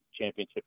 championship